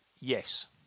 Yes